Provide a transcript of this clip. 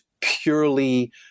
purely